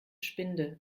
spinde